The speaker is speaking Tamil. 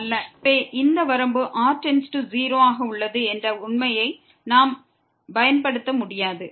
எனவே இந்த வரம்பு r→0 ஆக உள்ளது என்ற உண்மையை நாம் பயன்படுத்த முடியாது